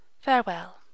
Farewell